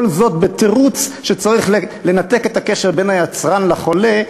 כל זאת בתירוץ שצריך לנתק את הקשר בין היצרן לחולה,